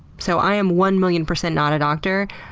so, i am one million percent not a doctor,